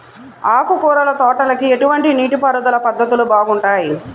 ఆకుకూరల తోటలకి ఎటువంటి నీటిపారుదల పద్ధతులు బాగుంటాయ్?